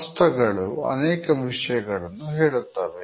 ಹಸ್ತಗಳು ಅನೇಕ ವಿಷಯಗಳನ್ನು ಹೇಳುತ್ತವೆ